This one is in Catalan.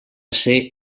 ser